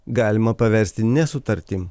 galima paversti ne sutartim